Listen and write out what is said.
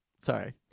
Sorry